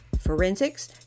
forensics